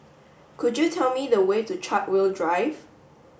could you tell me the way to Chartwell Drive